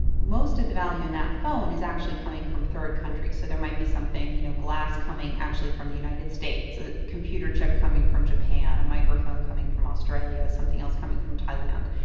most of the value in that phone is actually coming from third countries. so there might be something, you know, glass coming actually from the united states, the computer chip coming from japan, a microphone coming from australia, something else coming from thailand.